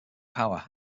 power